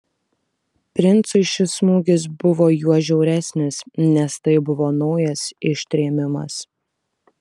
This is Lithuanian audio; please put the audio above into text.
princui šis smūgis buvo juo žiauresnis nes tai buvo naujas ištrėmimas